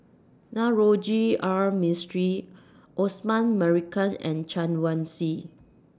Navroji R Mistri Osman Merican and Chen Wen Hsi